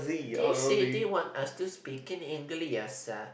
they say they want us to speak in English ah